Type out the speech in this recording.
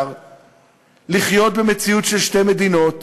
לחיות במציאות של שתי מדינות